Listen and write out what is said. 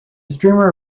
streamer